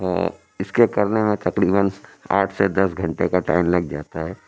اور اس کے کرنے میں تقریباً آٹھ سے دس گھنٹے کا ٹائم لگ جاتا ہے